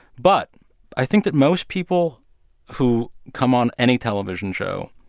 but i think that most people who come on any television show